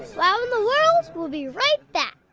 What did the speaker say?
wow in the world will be right back.